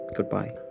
Goodbye